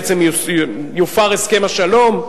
בעצם יופר הסכם השלום.